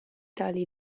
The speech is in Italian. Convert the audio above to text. tali